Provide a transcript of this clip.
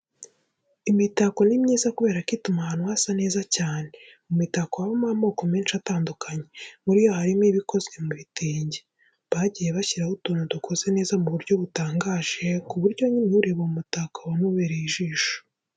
Imitako ni myiza kubera ko ituma ahantu hasa neza cyane. Mu mitako habamo amoko menshi atandukanye. Muri yo harimo iba ikoze mu bitenge, baragiye bashyiramo utuntu dukoze neza mu buryo butangaje ku buryo nyine ureba uwo mutako ukabona ubereye ijisho.